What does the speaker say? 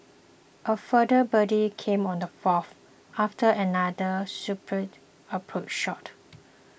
a further birdie came on the fourth after another superb approach shot